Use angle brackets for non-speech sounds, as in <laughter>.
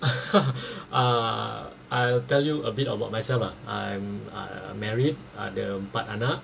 <laughs> uh I'll tell you a bit about myself ah I'm uh married ada empat anak